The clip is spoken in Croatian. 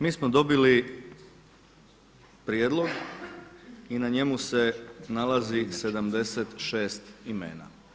Mi smo dobili prijedlog i na njemu se nalazi 76 imena.